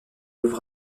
louve